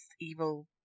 evil